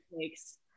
takes